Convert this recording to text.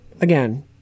again